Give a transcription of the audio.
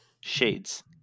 shades